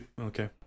Okay